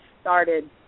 started